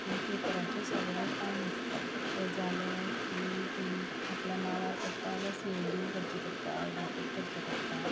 मागीर पेपराचे सगळें काम आसता तें जालें की तुमी आपल्या नांवार करता जाल्या सेल डीड करची पडटा एडवोकेट करचो पडटा